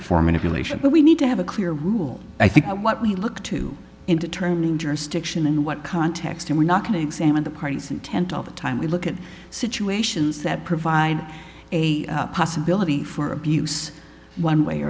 manipulation but we need to have a clear rule i think what we look to in determining jurisdiction and what context and we're not going to examine the parties intent all the time we look at situations that provide a possibility for abuse one way